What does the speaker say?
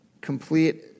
complete